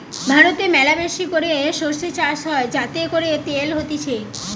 ভারতে ম্যালাবেশি করে সরষে চাষ হয় যাতে করে তেল হতিছে